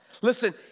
listen